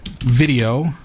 video